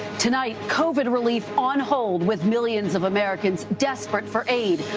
tonight, covid relief on hold with millions of americans desperate for aid.